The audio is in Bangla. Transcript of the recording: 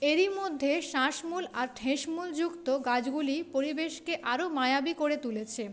এরই মধ্যে শ্বাসমূল আর ঠেসমূল যুক্ত গাছগুলি পরিবেশকে আরো মায়াবী করে তুলেছে